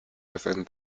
within